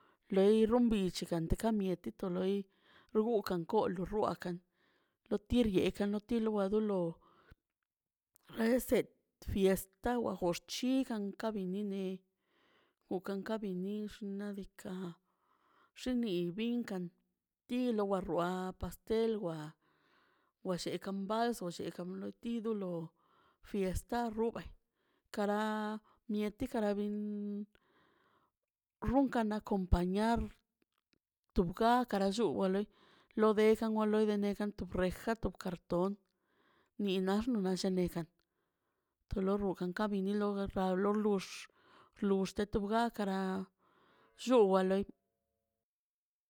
Lei rrumbich teka miete loi rrukan kolor rruakan lo tir yeekaꞌn wa lo do esete fiesta wa xochiga ka bi iṉe wkan ka binix ka xini binkan tilo wa lo xua pastel wa wa shekaꞌ mbas wa shekaꞌ tilo do fiesta rruba kara miete kara benꞌ rrunkan nak acompañar tub ka kara lluu wale lo rejan o lo denegan rejan to cartón ni nax nashanejan tolo rrungan kabinilo gagarx lo lux lux tob ka kara lluuba la lei.